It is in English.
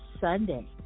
Sunday